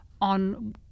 on